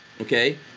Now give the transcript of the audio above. okay